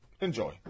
Enjoy